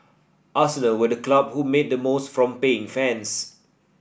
arsenal were the club who made the most from paying fans